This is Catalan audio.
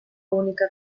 única